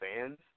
fans